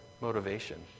motivation